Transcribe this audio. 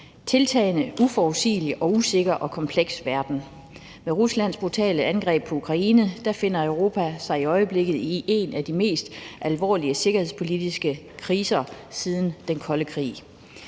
tiltagende uforudsigelig, usikker og kompleks verden. Med Ruslands brutale angreb på Ukraine befinder Europa sig i øjeblikket i en af de mest alvorlige sikkerhedspolitiske kriser siden den kolde krig.